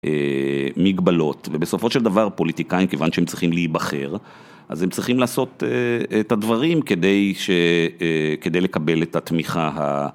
מגבלות, ובסופו של דבר פוליטיקאים, כיוון שהם צריכים להיבחר, אז הם צריכים לעשות את הדברים כדי לקבל את התמיכה ה...